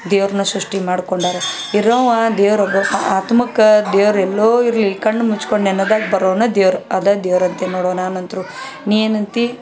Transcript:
ದೇವ್ರನ್ನ ಸೃಷ್ಠಿ ಮಾಡ್ಕೊಂಡಾರ ಇರುವ ದೇವ್ರು ಒಬ್ಬಾತ ಆತ್ಮ ಕ್ ದೇವ್ರು ಎಲ್ಲೋ ಇರಲಿ ಕಣ್ಣು ಮುಚ್ಕೊಂಡು ನೆನೆದಾಗ ಬರೋವ್ನೇ ದೇವ್ರು ಅದು ದೇವ್ರು ಅಂತಿ ನೋಡು ನಾನಂತೂ ನೀನು ಏನಂತಿ